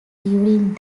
during